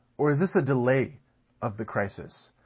or is this a delay of the crisis?